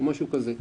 או משהו כזה.